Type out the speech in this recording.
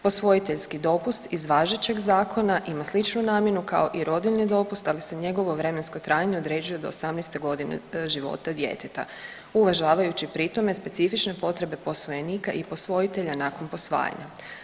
Posvojiteljski dopust iz vašećeg zakona ima sličnu namjenu kao i rodiljni dopust, ali se njegovo vremensko trajanje određuje do 18. g. života djeteta, uvažavajući pri tome specifične potrebe posvojenika i posvojitelja nakon posvajanja.